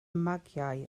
magiau